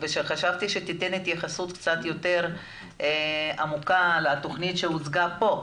חשבתי שתיתן התייחסות קצת יותר עמוקה לתוכנית שהוצגה פה.